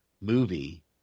movie